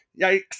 Yikes